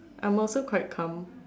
I'm also quite calm